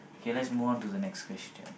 okay let's move on to the next question